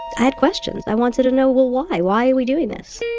i had questions. i wanted to know well why. why are we doing this?